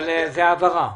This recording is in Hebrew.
אבל זו העברה.